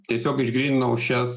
tiesiog išgryninau šias